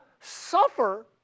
suffer